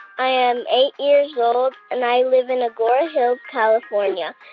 i am eight years old. and i live in agoura hills, calif. um yeah